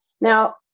Now